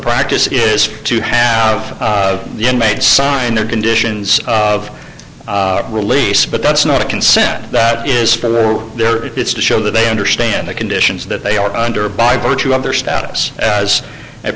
practice is to have the inmates sign the conditions of release but that's not a consent that is for there it's to show that they understand the conditions that they are under by virtue of their status as a